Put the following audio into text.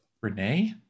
Renee